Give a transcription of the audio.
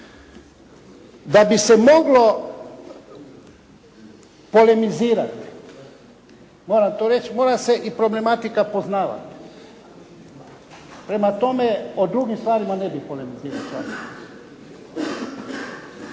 da bi se moglo polemizirati, moram to reći mora se i problematika poznavati. Prema tome, o drugim stvarima ne bih polemizirao